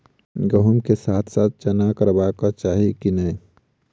गहुम केँ साथ साथ चना करबाक चाहि की नै?